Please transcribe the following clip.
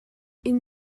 inn